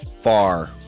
far